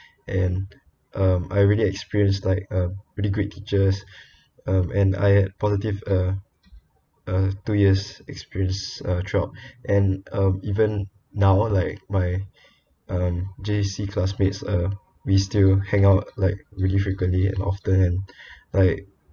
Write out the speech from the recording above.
and um I really experienced like um really great teachers um I have positive uh two years experience uh throughout and uh even now like my um J_C classmates uh we still hang on like really frequently and often like